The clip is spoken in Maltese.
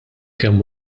kemm